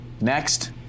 next